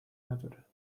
نداره